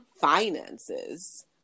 finances